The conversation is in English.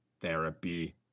therapy